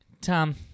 Tom